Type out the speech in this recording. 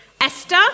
Esther